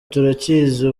turakizi